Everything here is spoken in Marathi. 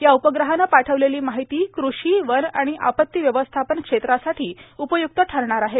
या उपग्रहानं पाठवलेला माहती कृषी वन आणण आपत्तीव्यवस्थापन क्षेत्रासाठी उपय्क्त ठरणार आहे